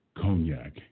cognac